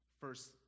first